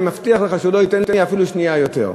אני מבטיח לך שהוא לא ייתן לי אפילו שנייה יותר.